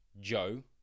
joe